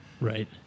Right